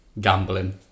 gambling